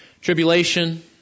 tribulation